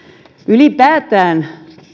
ylipäätään